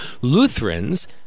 Lutherans